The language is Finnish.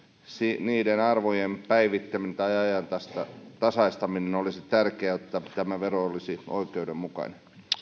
niiden arvojen päivittäminen tai ajantasaistaminen olisi tärkeää jotta tämä vero olisi oikeudenmukainen